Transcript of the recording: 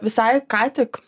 visai ką tik